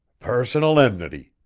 personal enmity,